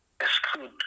exclude